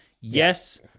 Yes